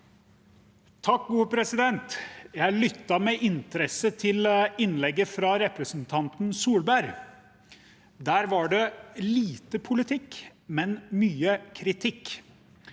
(A) Jeg lyttet med interesse til innlegget fra representanten Erna Solberg. Der var det lite politikk, men mye kritikk.